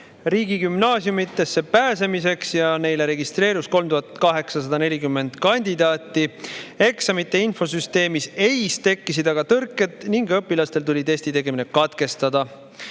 riigigümnaasiumidesse pääsemiseks ja neile registreerus 3840 kandidaati. Eksamite infosüsteemis EIS tekkisid aga tõrked ning õpilastel tuli testi tegemine katkestada.